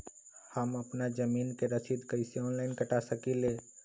हम अपना जमीन के रसीद कईसे ऑनलाइन कटा सकिले?